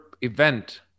event –